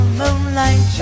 moonlight